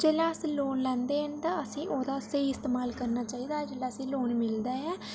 जेल्लै अस लोन लैंदे न ते असें ई ओह्दा स्हेई इस्तेमाल करना चाहिदा ऐ जेल्लै असें ई लोन मिलदा ऐ